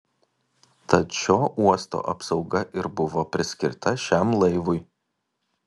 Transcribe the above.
tad šio uosto apsauga ir buvo priskirta šiam laivui